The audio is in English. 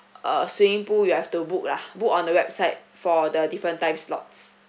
uh swimming pool you have to book lah book on the website for the different time slots